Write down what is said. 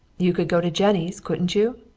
you could go to jennie's, couldn't you?